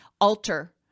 alter